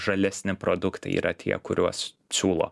žalesni produktai yra tie kuriuos siūlo